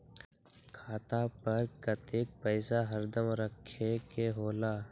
खाता पर कतेक पैसा हरदम रखखे के होला?